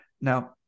Now